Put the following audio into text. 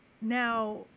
Now